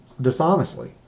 dishonestly